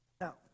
Now